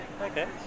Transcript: Okay